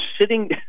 sitting